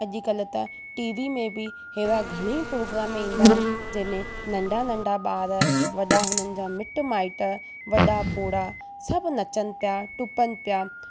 अॼु कल्ह त टी वी में बि अहिड़ा घणेई प्रोग्राम ईंदा आहिनि जंहिंमें नन्ढा नन्ढा ॿार वॾा हुननि जा मिट माइट वॾा पोड़ा सभु नचनि पिया टुपनि पिया